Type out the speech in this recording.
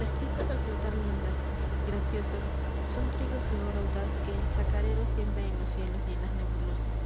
las chispas al flotar lindas graciosas son trigos de oro audaz que el chacarero siembra en los cielos y en las nebulosas